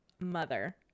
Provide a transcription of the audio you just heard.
Mother